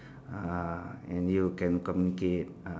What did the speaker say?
uh and you can communicate ah